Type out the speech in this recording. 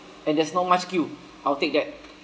and there's not much queue I'll take that